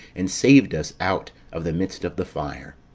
and saved us out of the midst of the fire.